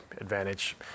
advantage